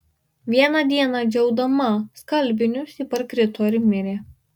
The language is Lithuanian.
vieną dieną džiaudama skalbinius ji parkrito ir mirė